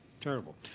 Terrible